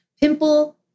Pimple